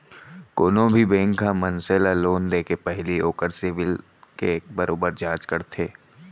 कोनो भी बेंक ह मनसे ल लोन देके पहिली ओखर सिविल के बरोबर जांच करथे